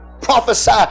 Prophesy